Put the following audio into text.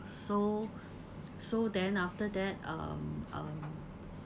so so then after that um um